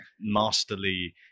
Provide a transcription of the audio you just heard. masterly